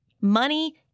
money